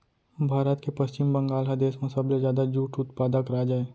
भारत के पस्चिम बंगाल ह देस म सबले जादा जूट उत्पादक राज अय